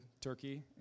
turkey